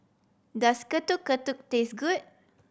does Getuk Getuk taste good